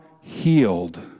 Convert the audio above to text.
healed